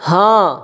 हँ